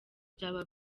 byaba